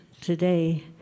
today